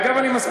אגב, אני מסכים.